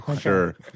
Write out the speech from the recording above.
sure